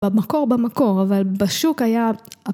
במקור במקור אבל בשוק היה.